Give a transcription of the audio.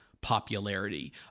popularity